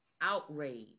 outrage